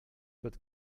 but